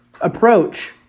approach